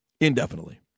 Indefinitely